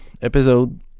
episode